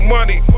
Money